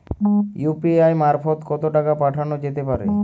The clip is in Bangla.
ইউ.পি.আই মারফত কত টাকা পাঠানো যেতে পারে?